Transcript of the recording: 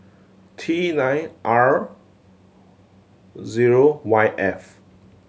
T nine R zero Y F